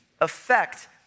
affect